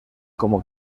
como